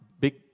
big